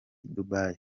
dubai